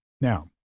now